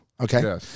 okay